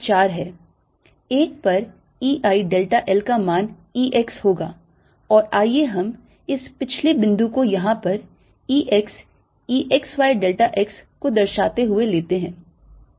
1 पर E i delta L का मान E x होगा और आइए हम इस पिछले बिंदु को यहां पर E x E x y delta x को दर्शाते हुए लेते हैं